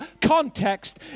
context